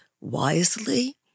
wisely